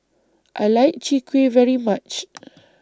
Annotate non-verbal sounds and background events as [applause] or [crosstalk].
I like Chwee Kueh very much [noise]